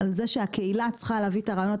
על זה שהקהילה צריכה להביא את הרעיונות,